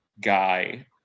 guy